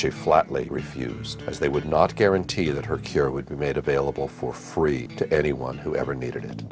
she flatly refused as they would not guarantee that her cure would be made available for free to anyone who ever needed